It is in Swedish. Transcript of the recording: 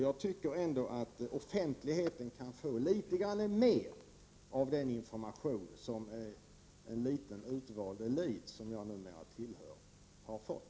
Jag tycker ändå att offentligheten kan få litet mer av den information som en liten utvald elit, som jag numera tillhör, har fått.